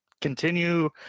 continue